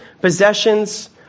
Possessions